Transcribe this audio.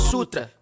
Sutra